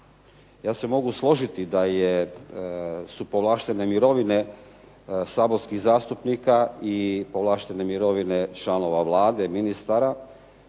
Ja se mogu složiti da su povlaštene mirovine saborskih zastupnika i povlaštene mirovine članova Vlade, ministara